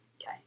Okay